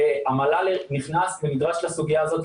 המל"ל נכנס ונדרש לסוגיה הזאת,